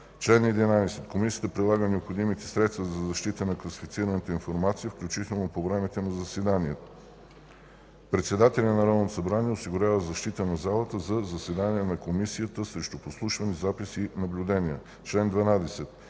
Чл. 11. Комисията прилага необходимите средства за защита на класифицираната информация, включително по време на заседания. Председателят на Народното събрание осигурява защита на залата за заседанията на Комисията срещу подслушване, запис и наблюдение. Чл. 12.